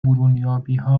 برونیابیها